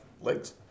legs